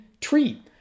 tree